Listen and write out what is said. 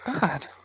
god